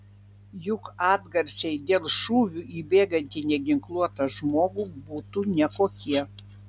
juk atgarsiai dėl šūvių į bėgantį neginkluotą žmogų būtų nekokie